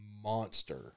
monster